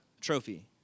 trophy